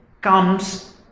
comes